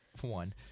one